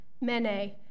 Mene